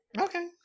Okay